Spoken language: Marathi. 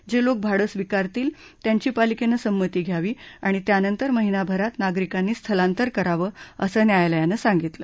जे लोक भाडं स्वीकारतील त्यांची पालिकेनं संमती घ्यावी त्यानंतर महिनाभरात नागरिकांनी स्थलांतर करावं असं न्यायालयानं सांगितलं